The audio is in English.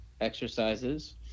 exercises